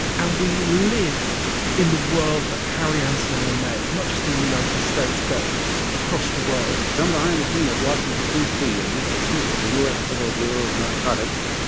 and we live in the world harry anslinger made, not just in the united states but across the world come behind the scene at washington, d c, and meet the chief of the u s. federal bureau of narcotics,